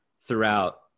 throughout